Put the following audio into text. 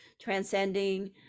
transcending